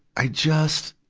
i just,